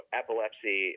epilepsy